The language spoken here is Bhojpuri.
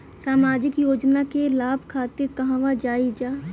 सामाजिक योजना के लाभ खातिर कहवा जाई जा?